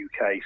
UK